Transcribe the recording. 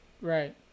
Right